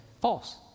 false